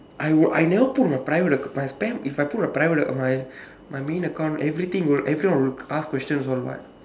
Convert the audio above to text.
I would I never put my private account my spam if I put the private my my main account everything will everyone will ask questions all [what]